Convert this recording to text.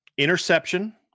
Interception